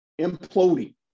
imploding